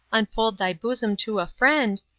unfold thy bosom to a friend,